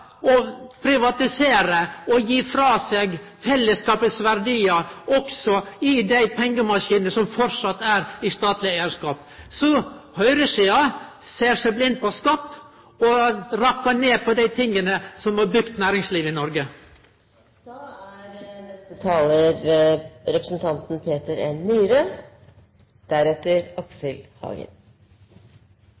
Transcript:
Høgre privatisere og gje frå seg fellesskapets verdiar, også dei pengemaskinane som framleis er i statleg eigarskap. Så høgresida ser seg blind på skatt og rakkar ned på dei tinga som har bygd næringslivet i